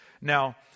now